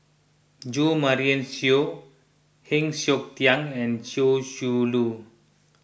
Jo Marion Seow Heng Siok Tian and Chia Shi Lu